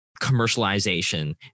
commercialization